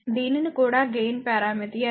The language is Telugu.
దీనిని కూడా గెయిన్ పరామితి అని పిలుస్తారు